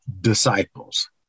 disciples